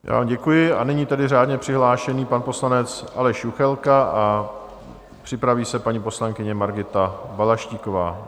Já vám děkuji a nyní tedy řádně přihlášený pan poslanec Aleš Juchelka, připraví se paní poslankyně Margita Balaštíková.